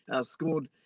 scored